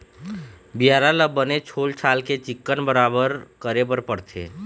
बियारा ल बने छोल छाल के चिक्कन बराबर करे बर परथे